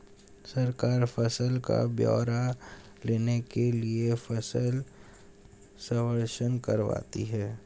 सरकार फसल का ब्यौरा लेने के लिए फसल सर्वेक्षण करवाती है